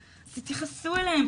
אז תתייחסו אליהם.